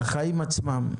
החיים עצמם.